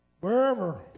wherever